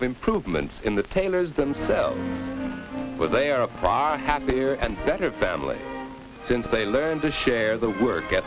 of improvement in the taylors themselves but they are far happier and better family since they learned to share the work